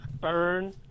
burn